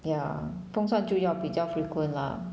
ya 风扇就要比较 frequent lah